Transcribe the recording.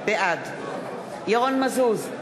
בעד ירון מזוז,